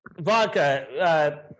vodka